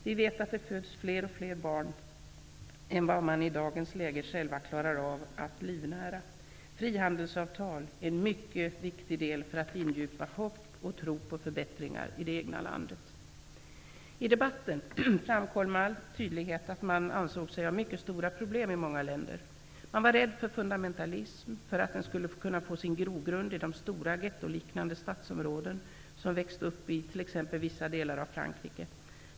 Vi vet att det föds fler barn än man i dagens läge själv klarar av att livnära. Frihandelsavtal är en mycket viktig del för att ingjuta hopp och tro på förbättringar i det egna landet. I debatten framkom med all tydlighet att man i många länder ansåg sig ha mycket stora problem. Man var rädd för fundamentalism, för att den skulle kunna få sin grogrund i de stora, gettoliknande stadsområden som växt upp t.ex. i vissa delar av Frankrike.